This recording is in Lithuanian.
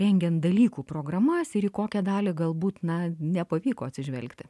rengiant dalykų programas ir į kokią dalį galbūt na nepavyko atsižvelgti